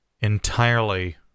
entirely